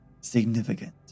significant